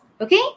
Okay